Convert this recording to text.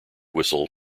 whistle